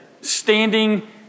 standing